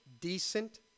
decent